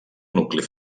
nucli